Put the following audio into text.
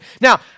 Now